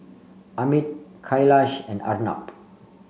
Amit Kailash and Arnab